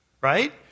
right